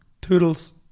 Toodles